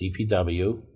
DPW